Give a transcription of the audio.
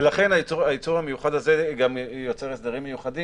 ולכן היצור המיוחד הזה גם יוצר הסדרים מיוחדים